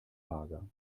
mager